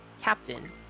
captain